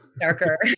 darker